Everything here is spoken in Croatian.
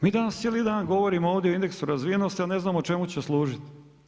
Mi danas cijeli dan govorimo ovdje o indeksu razvijenosti, a ne znamo čemu će složiti.